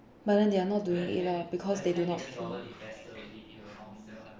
but then they are not doing it ah because they do not